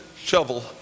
shovel